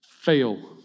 Fail